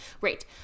great